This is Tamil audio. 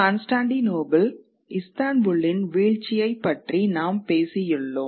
கான்ஸ்டான்டினோபிள் இஸ்தான்புல்லின் வீழ்ச்சியைப் பற்றி நாம் பேசியுள்ளோம்